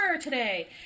today